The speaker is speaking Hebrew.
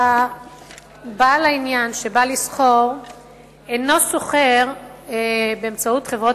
בעל העניין שבא לסחור אינו סוחר באמצעות חברות